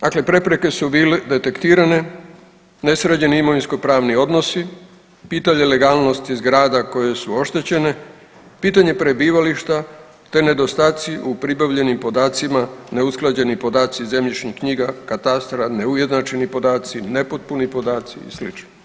Dakle, prepreke su bile detektirane, nesređeni imovinsko-pravni odnosi, pitanje legalnosti zgrada koje su oštećene, pitanje prebivališta te nedostaci u pribavljenim podacima, neusklađeni podaci zemljišnih knjiga, katastra, neujednačeni podaci, nepotpuni podaci i sl.